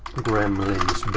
gremlins,